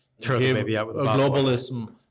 globalism